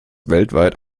weltweit